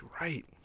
right